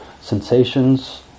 sensations